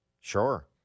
Sure